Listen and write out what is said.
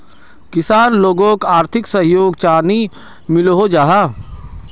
किसान लोगोक आर्थिक सहयोग चाँ नी मिलोहो जाहा?